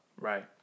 Right